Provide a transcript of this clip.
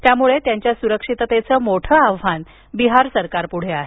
त्याम्ळे त्यांच्या स्रक्षिततेचं मोठं आव्हान सरकारप्ढे आहे